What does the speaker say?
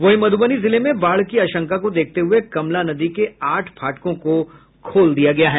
वहीं मधुबनी जिले में बाढ़ की आशंका को देखते हुए कमला नदी के आठ फाटकों को खोल दिया गया है